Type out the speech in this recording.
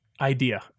idea